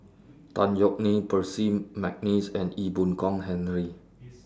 Tan Yeok Nee Percy Mcneice and Ee Boon Kong Henry